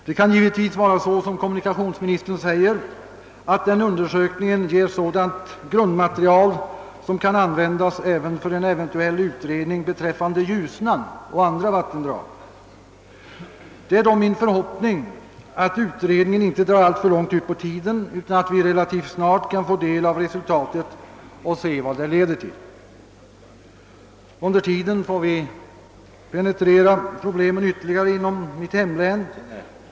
Det kan givetvis vara så som kommunikationsministern säger, att denna undersökning gav ett grundmaterial som kan användas även för en eventuell utredning beträffande Ljusnan och andra vattendrag. Det är min förhoppning, att utredningen inte drar alltför långt ut på tiden, utan att vi relativt snart kan få del av resultatet och se vart det leder. Under tiden får vi penetrera problemen ytterligare i mitt hemlän.